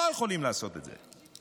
לא יכולים לעשות את זה.